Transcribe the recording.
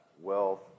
wealth